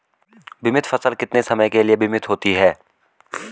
बीमित फसल कितने समय के लिए बीमित होती है?